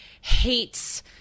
hates